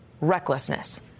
recklessness